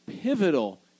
pivotal